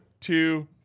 two